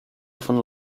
often